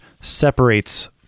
separates